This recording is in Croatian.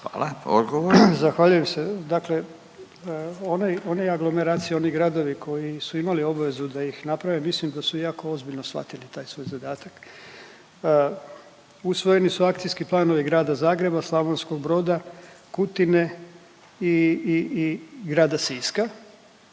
Mile (SDSS)** Zahvaljujem se. Dakle onaj, one aglomeracije, oni gradovi koji su imali obvezu da ih naprave, mislim da su jako ozbiljno shvatili taj svoj zadatak. Usvojeni su akcijski planovi grada Zagreba, Slavonskog Broda, Kutine i, i, i grada Siska.